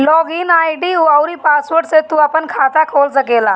log in ID अउरी password से तू अपनी खाता के खोल सकेला